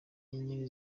inyenyeri